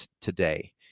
today